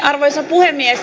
arvoisa puhemies